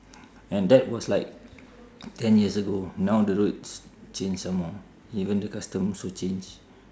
and that was like ten years ago now the roads change some more even the custom also change